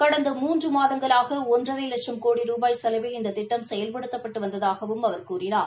கடந்த மூன்று மாதங்களாக ஒன்றரை லட்சம் கோடி ரூபாய் செலவில் இந்த திட்டம் செயல்படுத்தப்பட்டு வந்ததாகவும் அவர் கூறினார்